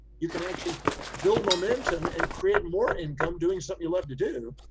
you can actually build momentum and create more income, doing something you love to do,